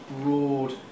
broad